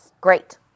Great